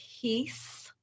peace